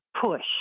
push